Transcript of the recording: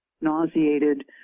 nauseated